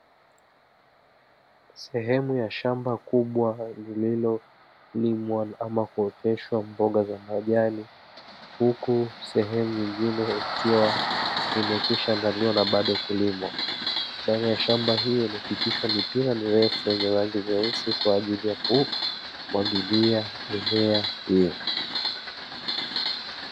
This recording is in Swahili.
Sehemu kubwa la shamba lililolimwa ama kuoteshwa mboga za majani, huku sehemu nyingine ikiwa imekwisha andaliwa kulimwa. Ndani ya shamba hilo limepitishwa mipira mirefu yenye rangi nyeusi kwajili ya kumwagilia mimea hiyo.